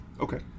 Okay